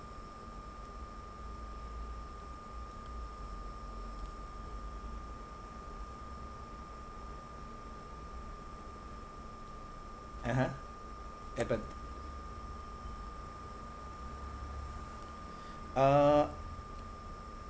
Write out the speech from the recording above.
(uh huh) ya but uh